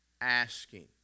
asking